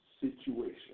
situation